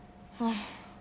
!haiya!